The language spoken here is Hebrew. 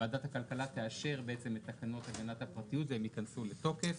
ועדת הכלכלה תאשר את תקנות תקנת הפרטיות והן ייכנסו לתוקף.